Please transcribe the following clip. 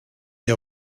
ihr